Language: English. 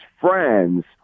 friends